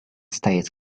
states